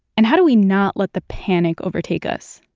and how do we not let the panic overtake us?